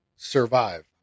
Survive